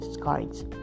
cards